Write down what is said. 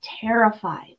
terrified